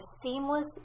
seamless